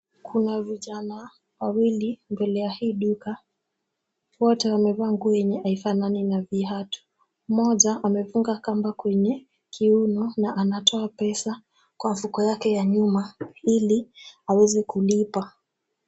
Kuna vijana wawili mbele ya hii duka. Wote wamevaa nguo yenye haifanani na viatu, mmoja amefunga kamba kwenye kiuno na anatoa pesa kwa mfuko yake ya nyuma, ili aweze kulipa.